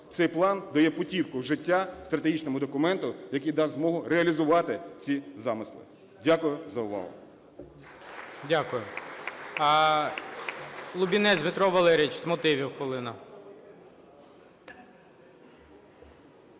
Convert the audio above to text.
Цей план дає путівку в життя стратегічному документу, який дав змогу реалізувати ці замисли. Дякую за увагу.